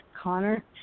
Connor